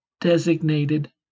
designated